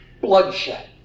bloodshed